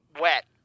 Wet